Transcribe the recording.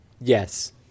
Yes